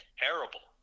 terrible